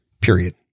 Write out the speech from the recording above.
period